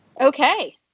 Okay